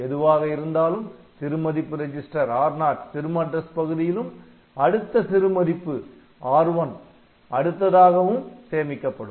எதுவாக இருந்தாலும் சிறு மதிப்பு ரிஜிஸ்டர் R0 சிறும அட்ரஸ் பகுதியிலும் அடுத்த சிறு மதிப்பு R1 அடுத்ததாகவும் சேமிக்கப்படும்